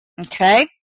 Okay